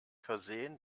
versehen